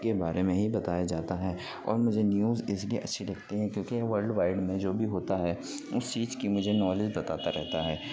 کے بارے میں ہی بتایا جاتا ہے اور مجھے نیوز اس لیے اچھی لگتی ہے کیونکہ ولڈ وائڈ میں جو بھی ہوتا ہے اس چیز کی مجھے نالج بتاتا رہتا ہے